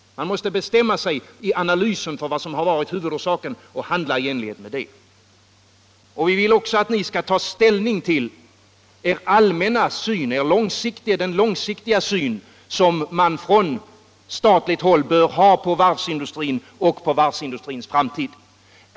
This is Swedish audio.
Man måste bestämma sig i analysen för vad som har varit huvudorsaken och handla i enlighet med det. Vi vill också att ni skall ta ställning till den långsiktiga syn som man på statligt håll bör ha på varvsindustrin och dess framtid.